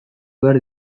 behar